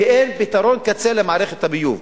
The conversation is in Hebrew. כי אין פתרון קצה למערכת הביוב.